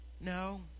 no